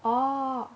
oh